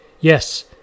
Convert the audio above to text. Yes